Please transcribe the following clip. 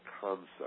concept